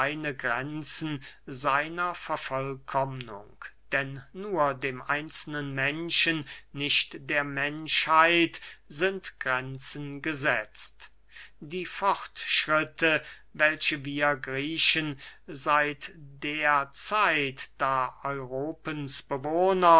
grenzen seiner vervollkommnung denn nur dem einzelnen menschen nicht der menschheit sind grenzen gesetzt die fortschritte welche wir griechen seit der zeit da europens